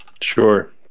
Sure